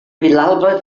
vilalba